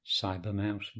Cybermouse